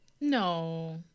no